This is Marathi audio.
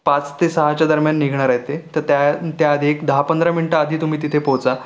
पाच ते सहाच्या दरम्यान निघणार आहेत ते तर त्या त्या आधी एक दहा पंधरा मिनटं आधी तुम्ही तिथे पोहचा